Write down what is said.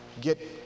Get